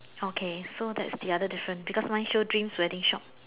okay so that is the other difference because mine shows dream wedding shop